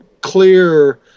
clear